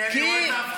כי אני רואה את ההפחתות.